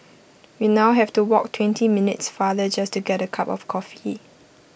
we now have to walk twenty minutes farther just to get A cup of coffee